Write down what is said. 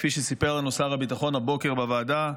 כפי שסיפר לנו שר הביטחון הבוקר בוועדה,